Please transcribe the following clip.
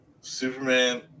Superman